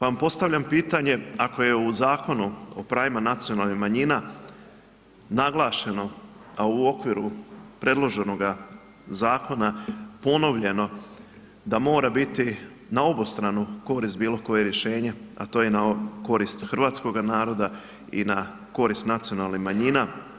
Vam postavljam pitanje, ako je u Zakonu o pravima nacionalnih manjina naglašeno, a u okviru predloženoga zakona ponovljeno da mora biti na obostranu korist bilo koje rješenje, a to je i na korist hrvatskoga naroda i na korist nacionalnih manjina.